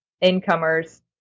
incomers